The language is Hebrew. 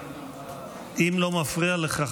אם לא מפריע לך,